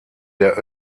der